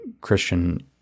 Christian